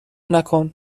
نکن